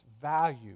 value